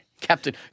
Captain